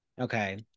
Okay